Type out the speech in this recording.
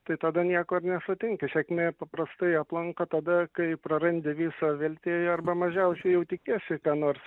tai tada nieko ir nesutinki sėkmė paprastai aplanko tada kai prarandi visą viltį arba mažiausiai jau tikiesi ką nors